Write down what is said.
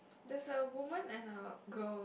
there's a woman and a girl